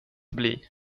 bli